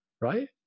right